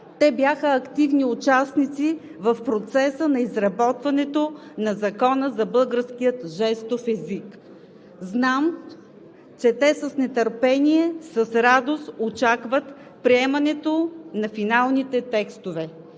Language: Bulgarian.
Те бяха активни участници в процеса по изработването на Закона за българския жестов език и знам, че с нетърпение, с радост очакват приемането на финалните текстове.